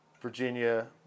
Virginia